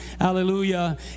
Hallelujah